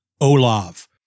Olav